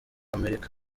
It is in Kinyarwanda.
amerika